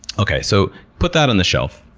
okay, so put that on the shelf.